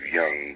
young